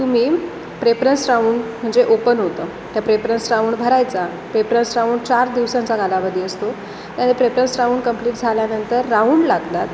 तुम्ही preference round म्हणजे open होतं त्या प्रेपरन्स राऊंड भरायचा प्रेपरन्स राऊंड चार दिवसांचा कालावधी असतो त्या प्रेपरन्स राऊंड कंप्लीट झाल्यानंतर राऊंड लागतात